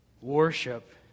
Worship